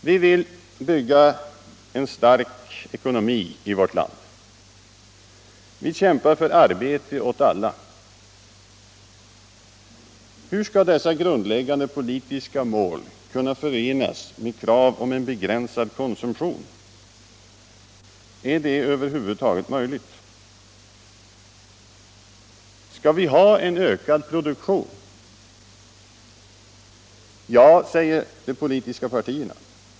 Vi vill bygga upp en stark ekonomi i vårt land. Vi kämpar för arbete åt alla. Hur skall dessa grundläggande politiska mål kunna förenas med krav på en begränsad konsumtion? Är det över huvud taget möjligt? Skall vi ha en ökad produktion? Ja, säger de politiska partierna.